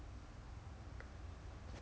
do the whole tent thing